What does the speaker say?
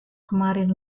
kemarin